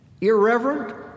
Irreverent